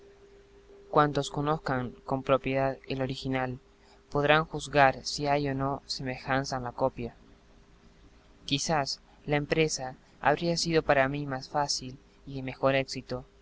cuantos conozcan con propiedad el original podrán juzgar si hay o no semejanza en la copia quizá la empresa habría sido para mí más fácil y de mejor éxito